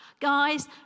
Guys